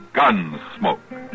Gunsmoke